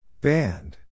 Band